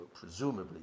presumably